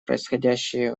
происходящие